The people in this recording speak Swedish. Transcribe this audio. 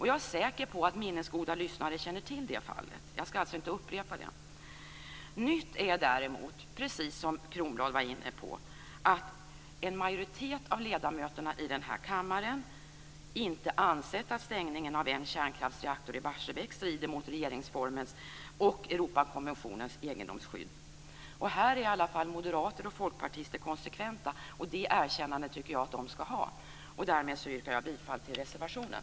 Jag är säker på att minnesgoda lyssnare känner till det fallet. Jag skall alltså inte upprepa det. Nytt är däremot, precis som Kronblad var inne på, att en majoritet av ledamöterna i den här kammaren inte ansett att stängningen av en kärnkraftsreaktor i Barsebäck strider mot regeringsformens och Europakonventionens egendomsskydd. Här är i alla fall moderater och folkpartister konsekventa, och det erkännandet tycker jag att de skall ha. Därmed yrkar jag bifall till reservationen.